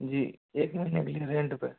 जी एक महीने के लिए रेंट पर